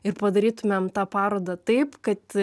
ir padarytumėm tą parodą taip kad